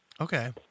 Okay